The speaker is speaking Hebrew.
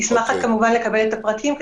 נשמח כמובן לקבל את הפרטים,